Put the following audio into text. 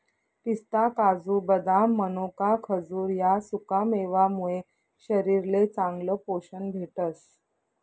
पिस्ता, काजू, बदाम, मनोका, खजूर ह्या सुकामेवा मुये शरीरले चांगलं पोशन भेटस